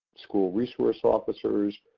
school resource officers,